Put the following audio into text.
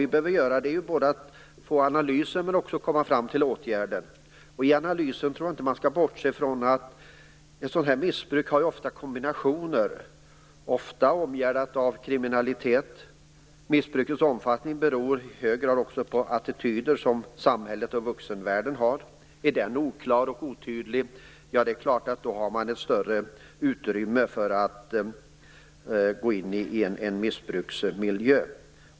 Vi behöver både analysen men också att komma fram till förslag till åtgärder. Jag tror inte att man skall bortse i analysen från att missbruket ofta kombineras med annat, ofta omgärdat med kriminalitet. Missbrukets omfattning beror i hög grad också på attityder som samhället och vuxenvärlden har. Är de oklara och otydliga, finns det ett större utrymme för att komma in i en missbruksmiljö.